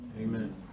Amen